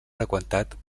freqüentat